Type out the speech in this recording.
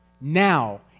Now